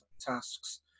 tasks